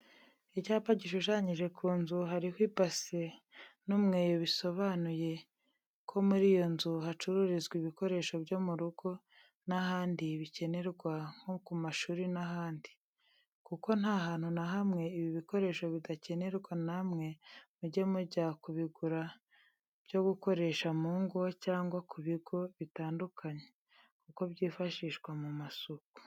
Icyapa gishushanyije ku nzu hariho ibase n'umweyo bisonuye ko muriyinzu hacururizwa ibikoresho byo murugo nahandi bicyenerwa nko kumashuri n'ahandi. Kuko ntahantu nahamwe ibi bikoresho bidacyenerwa namwe mujye mujya kubigura byo gukoresha mu ngo cyangwa kubigo bitandukanye. Kuko byifashishwa mu masuku.